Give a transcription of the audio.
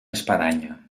espadanya